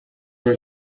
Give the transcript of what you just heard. bwa